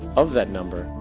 of that number,